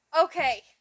Okay